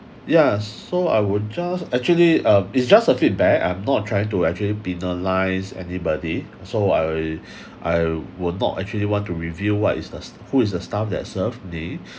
yeah so I would just actually uh it's just a feedback I'm not trying to actually penalise anybody so I I will not actually want to reveal what is as~ who is the staff that served me